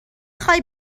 خوای